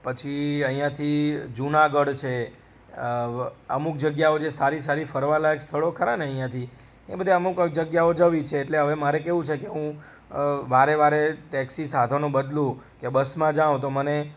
પછી અહીંયાંથી જુનાગઢ છે અમુક જગ્યાઓ જે સારી સારી ફરવાલાયક સ્થળો ખરાને અહીંયાંથી એ બધા અમુક જગ્યાઓ જવી છે એટલે હવે મારે કેવું છેકે હું વારેવારે ટેક્સી સાધનો બદલું કે બસમાં જાઉં તો મને